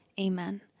Amen